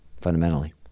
fundamentally